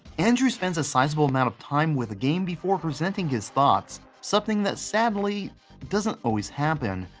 andrew spends a sizable amount of time with a game before presenting his thoughts, something that sadly doesn't always happen.